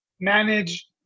manage